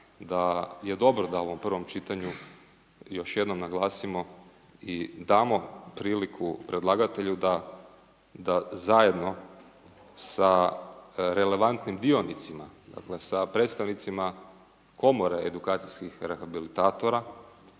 da je dobro da u ovom prvom čitanju još jednom naglasimo i damo priliku predlagatelju da zajedno sa relevantnim dionicima, dakle sa predstavnicima komore edukacijskih rehabilitatora,